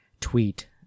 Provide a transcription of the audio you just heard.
tweet